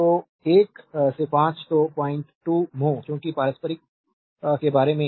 तो 1 से 5 तो 02 mho क्योंकि पारस्परिक के बारे में